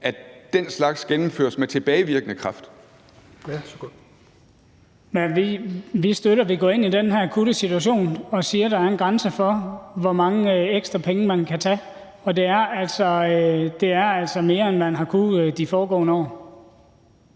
Steenberg (RV): Vi støtter det. Vi går ind i den her akutte situation og siger, at der en grænse for, hvor mange ekstra penge man kan tage, for det er altså mere, end man har kunnet i de foregående år.